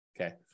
Okay